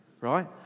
Right